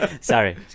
Sorry